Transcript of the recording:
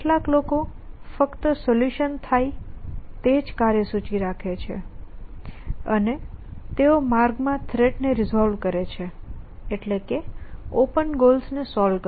કેટલાક લોકો ફક્ત સોલ્યુશન થાય તે જ કાર્યસૂચિ રાખે છે અને તેઓ માર્ગ માં થ્રેટ ને રિસોલ્વ કરે છે એટલે કે ઓપન ગોલ્સ ને સોલ્વ કરવા